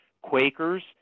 Quakers